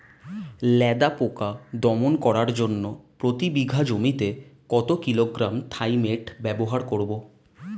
লেদা পোকা দমন করার জন্য প্রতি বিঘা জমিতে কত কিলোগ্রাম থাইমেট ব্যবহার করব?